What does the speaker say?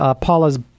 Paula's